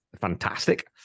fantastic